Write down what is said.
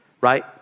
Right